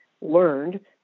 learned